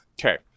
okay